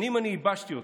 שנים אני ייבשתי אותך,